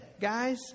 guys